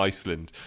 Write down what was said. Iceland